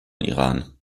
iran